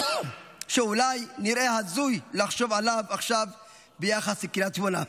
שאולי נראה הזוי לחשוב על זה עכשיו ביחס לקריית שמונה,